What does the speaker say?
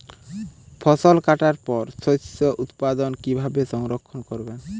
ফসল কাটার পর শস্য উৎপাদন কিভাবে সংরক্ষণ করবেন?